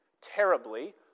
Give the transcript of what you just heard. terribly